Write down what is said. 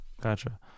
Gotcha